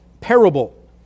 parable